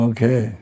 Okay